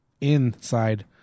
inside